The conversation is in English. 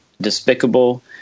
despicable